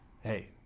Hey